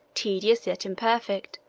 tedious yet imperfect,